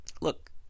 Look